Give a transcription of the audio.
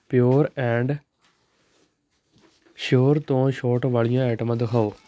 pure and sure ਤੋਂ ਛੋਟ ਵਾਲੀਆਂ ਆਈਟਮਾਂ ਦਿਖਾਓ